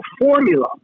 formula